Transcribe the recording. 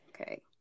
okay